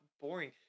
boring